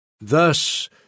Thus